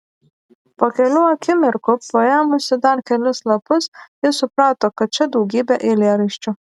po kelių akimirkų paėmusi dar kelis lapus ji suprato kad čia daugybė eilėraščių